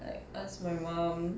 like ask my mum